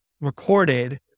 recorded